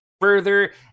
Further